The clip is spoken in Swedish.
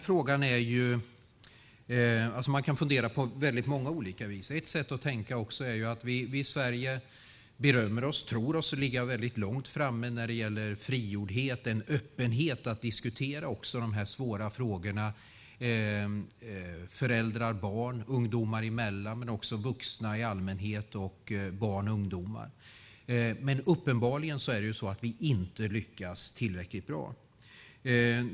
Fru talman! Man kan fundera på många olika vis i den här frågan. Ett sätt att tänka är att vi i Sverige tror oss ligga väldigt långt framme när det gäller frigjordhet och öppenhet att diskutera dessa svåra frågor - föräldrar och barn, ungdomar emellan, vuxna i allmänhet, barn och ungdomar. Men uppenbarligen lyckas vi inte tillräckligt bra.